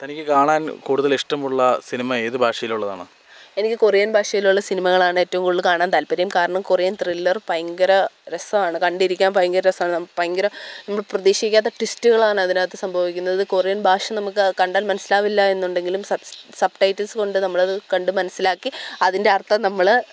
തനിക്ക് കാണാൻ കൂടുതൽ ഇഷ്ടമുള്ള സിനിമ ഏത് ഭാഷയിലുള്ളതാണ് എനിക്ക് കൊറിയൻ ഭാഷയിലുള്ള സിനിമകളാണ് ഏറ്റവും കൂടുതൽ കാണാൻ താൽപ്പര്യം കാരണം കൊറിയൻ ത്രില്ലർ ഭയങ്കര രസമാണ് കണ്ടിരിക്കാൻ ഭയങ്കര രസമാണ് ഭയങ്കര ഒന്നും പ്രതീഷിക്കാത്ത ട്വിസ്റ്റ്കളാണതിനകത്ത് സംഭവി ക്കുന്നത് കൊറിയൻ ഭാഷ നമുക്ക് അത് കണ്ടാൽ മനസിലാവില്ല എന്നുണ്ടെങ്കിലും സ സബ്ടൈറ്റിൽസ് കൊണ്ട് നമ്മളത് കണ്ട് മനസിലാക്കി അതിൻ്റ അർത്ഥം നമ്മള്